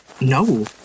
No